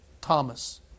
Thomas